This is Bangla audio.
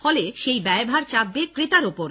ফলে সেই ব্যয়ভার চাপবে ক্রেতার ওপর